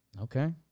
Okay